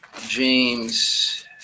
James